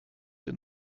den